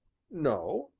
no,